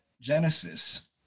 Genesis